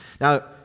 Now